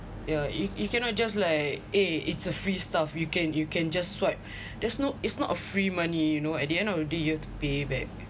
yeah you you cannot just like eh it's a free stuff you can you can just swipe there's no it's not a free money you know at the end of the day you have to pay back